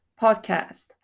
podcast